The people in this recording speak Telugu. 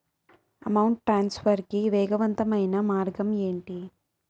అమౌంట్ ట్రాన్స్ఫర్ కి వేగవంతమైన మార్గం ఏంటి